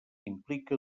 implica